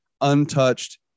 untouched